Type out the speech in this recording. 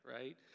right